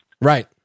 Right